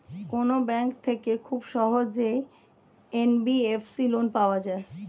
কোন ব্যাংক থেকে খুব সহজেই এন.বি.এফ.সি লোন পাওয়া যায়?